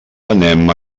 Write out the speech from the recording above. anem